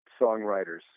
songwriters